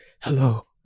hello